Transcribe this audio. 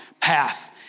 path